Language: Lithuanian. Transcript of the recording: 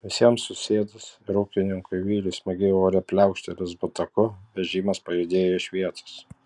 visiems susėdus ir ūkininkui viliui smagiai ore pliaukštelėjus botagu vežimas pajudėjo iš vietos